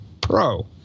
Pro